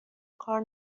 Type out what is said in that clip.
کار